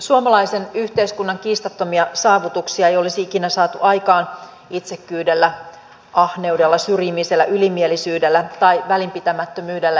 suomalaisen yhteiskunnan kiistattomia saavutuksia ei olisi ikinä saatu aikaan itsekkyydellä ahneudella syrjimisellä ylimielisyydellä tai välinpitämättömyydellä